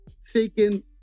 seeking